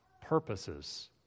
purposes